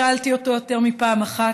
שאלתי אותו יותר מפעם אחת.